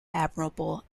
admirable